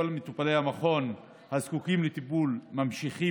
כל מטופלי המכון הזקוקים לטיפול ממשיכים